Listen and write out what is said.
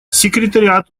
секретариат